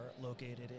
located